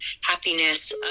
happiness